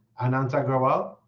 and and agarwal,